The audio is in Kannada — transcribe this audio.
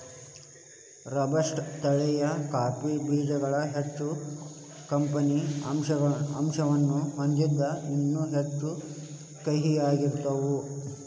ರೋಬಸ್ಟ ತಳಿಯ ಕಾಫಿ ಬೇಜಗಳು ಹೆಚ್ಚ ಕೆಫೇನ್ ಅಂಶವನ್ನ ಹೊಂದಿದ್ದು ಇನ್ನೂ ಹೆಚ್ಚು ಕಹಿಯಾಗಿರ್ತಾವ